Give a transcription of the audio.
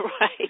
Right